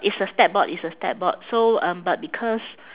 it's a stat board it's a stat board so um but because